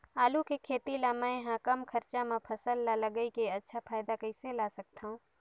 आलू के खेती ला मै ह कम खरचा मा फसल ला लगई के अच्छा फायदा कइसे ला सकथव?